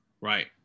right